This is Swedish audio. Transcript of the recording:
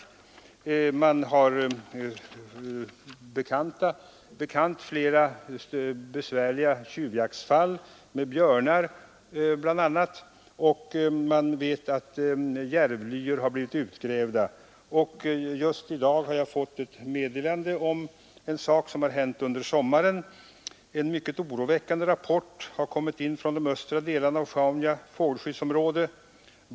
Vidare har man sig bekant flera besvärliga tjuvjaktsfall som gäller bl.a. björnar, och man vet att järvlyor har blivit utgrävda. Just i dag har jag fått ett meddelande om en sak som har hänt under sommaren. En mycket oroväckande rapport har kommit från de östra delarna av Sjaunja fågelskyddsområde.